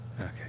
Okay